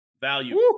Value